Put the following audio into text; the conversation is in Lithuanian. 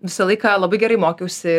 visą laiką labai gerai mokiausi